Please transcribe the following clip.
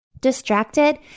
Distracted